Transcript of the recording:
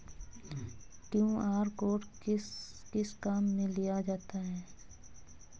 QR code किस किस काम में लिया जाता है?